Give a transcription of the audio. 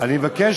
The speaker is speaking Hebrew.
אני מבקש